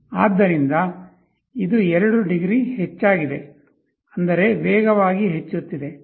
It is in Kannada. ಆದ್ದರಿಂದ ಇದು 2 ಡಿಗ್ರಿ ಹೆಚ್ಚಾಗಿದೆ ಅಂದರೆ ವೇಗವಾಗಿ ಹೆಚ್ಚುತ್ತಿದೆ